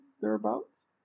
thereabouts